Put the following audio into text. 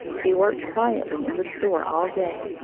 he worked quietly in the store all day,